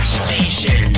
station